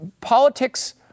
Politics